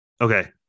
Okay